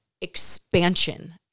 expansion